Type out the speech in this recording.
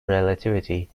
relativity